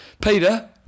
Peter